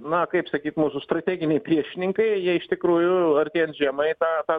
na kaip sakyt mūsų strateginiai priešininkai jie iš tikrųjų artėjant žiemai tą tą